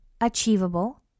achievable